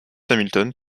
hamilton